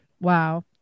wow